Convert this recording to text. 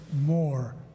more